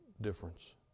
difference